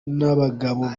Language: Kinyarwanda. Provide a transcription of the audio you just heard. n’abagabo